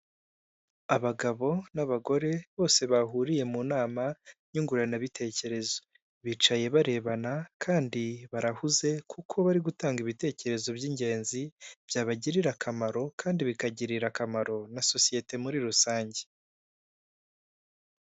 Abagabo n'abagore bose bahuriye mu nama nyunguranabitekerezo, bicaye barebana kandi barahuze kuko bari gutanga ibitekerezo by'ingenzi byabagirira akamaro kandi bikagirira akamaro na sosiyete muri rusange.